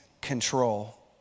control